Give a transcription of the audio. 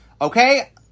Okay